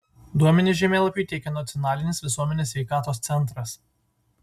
duomenis žemėlapiui teikia nacionalinis visuomenės sveikatos centras